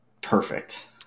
perfect